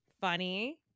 funny